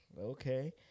Okay